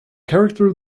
character